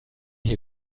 hier